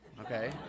okay